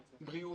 בריאות,